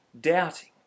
doubting